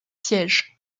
siège